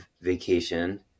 vacation